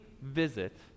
visit